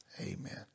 Amen